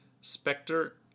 Spectre